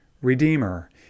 redeemer